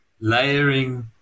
layering